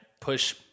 push